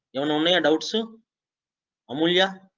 know know me and out soon amulya